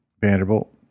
Vanderbilt